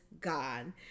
God